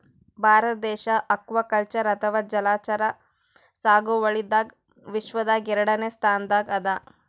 ಭಾರತ ದೇಶ್ ಅಕ್ವಾಕಲ್ಚರ್ ಅಥವಾ ಜಲಚರ ಸಾಗುವಳಿದಾಗ್ ವಿಶ್ವದಾಗೆ ಎರಡನೇ ಸ್ತಾನ್ದಾಗ್ ಅದಾ